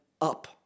up